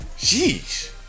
jeez